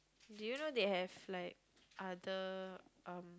do you know they have like other uh